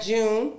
June